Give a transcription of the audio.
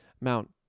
Mount